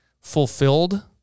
fulfilled